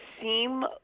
seem